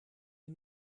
the